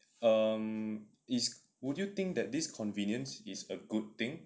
um is would you think that this convenience is a good thing